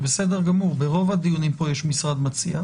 זה בסדר גמור, ברוב הדיונים יש פה משרד מציע.